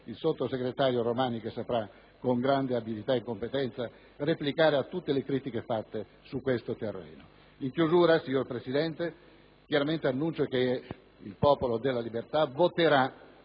il sottosegretario Romani, che saprà con grande abilità e competenza replicare a tutte le critiche sollevate su questo terreno. In chiusura, signor Presidente, annuncio che il Popolo della Libertà voterà